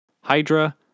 Hydra